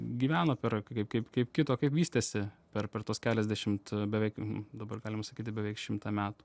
gyveno per kaip kaip kaip kito kaip vystėsi per per tuos keliasdešimt beveik dabar galim sakyti beveik šimtą metų